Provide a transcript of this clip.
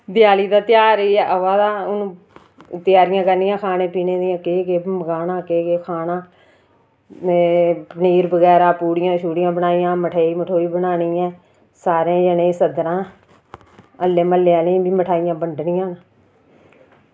देआली दा ध्यार आवा दा हून त्यारियां करनियां खाने पीने दियां केह् केह् मंगाना केह् केह् खाना पूड़ियां बगैरा पनीर बगैरा मठाइयां बगैरा बनानियां न सारें जनें गी सद्दना हल्ले म्हल्ले आह्लें बी मठाइयां बंडनियां